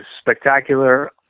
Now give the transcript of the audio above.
spectacular